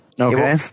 Okay